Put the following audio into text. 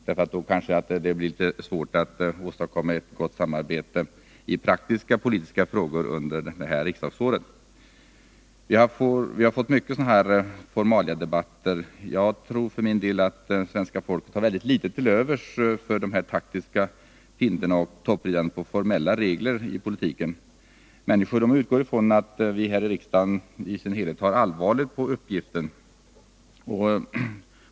Då blir det kanske litet svårt att åstadkomma ett gott samarbete i praktiska politiska frågor under det här riksdagsåret. Vi har fått många sådana här formaliadebatter. Jag tror för min del att svenska folket har väldigt litet till övers för taktiska finter och toppridande på formella regler i politiken. Människor utgår från att vi här i riksdagen i dess helhet tar allvarligt på vår uppgift.